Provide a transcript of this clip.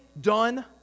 done